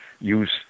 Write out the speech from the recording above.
use